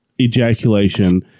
ejaculation